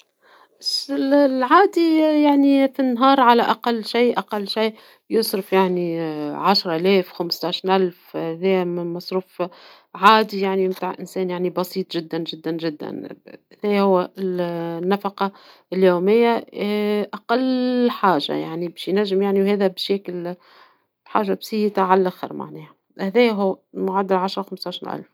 في العادي في النهار أقل شي أقل شي يصرف يعني عشرة الاف خمسة عشر الف ، فهذا مصروف عادي نتاع انسان بسيط جدا جدا ، النفقة اليومية اقل حاجة باش ياكل حاجة بسيطة علخر ،هذايا هو المعدل عشرة الاف حتى خمسة عشر الف.